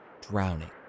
Drowning